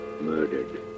murdered